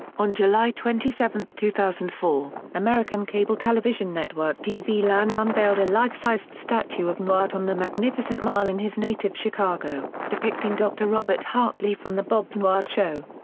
on july twenty seven, two thousand and four, american cable television network tv land unveiled a life-sized statue of newhart on the magnificent mile in his native chicago, depicting dr. robert hartley from the bob newhart show.